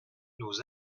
nos